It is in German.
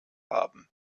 haben